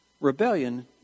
Rebellion